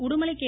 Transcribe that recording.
Udumalai K